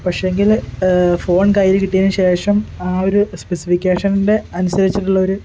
പക്ഷേയെങ്കിൽ phone കയ്യിൽ കിട്ടിയതിനുശേഷം ആ ഒരു സ്പെസിഫിക്കേഷൻ്റെ അനുസരിച്ചിട്ടുള്ളൊരു